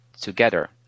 together